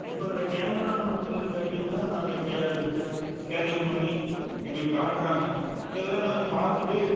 இப்போ அந்த கேமரான்னு ஒன்று வந்ததுங்காட்டி தான் அந்த கே கே கேட்சவுட் பண்ணி எங்களுக்கு காட்டுறாங்க இந்த இத எல்லாம் நாங்கள் பார்த்துட்டு